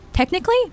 Technically